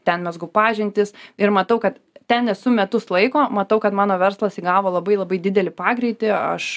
ten mezgu pažintis ir matau kad ten esu metus laiko matau kad mano verslas įgavo labai labai didelį pagreitį aš